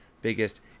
biggest